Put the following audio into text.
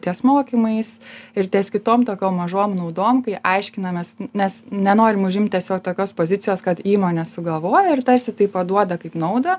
ties mokymais ir ties kitom tokiom mažom naudom kai aiškinamės nes nenorim užimt tiesiog tokios pozicijos kad įmonė sugalvojo ir tarsi tai paduoda kaip naudą